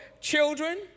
children